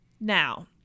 Now